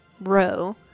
row